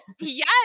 Yes